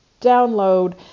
download